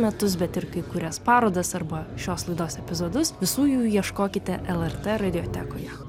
metus bet ir kai kurias parodas arba šios laidos epizodus visų jų ieškokite lrt radiotekoje